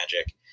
magic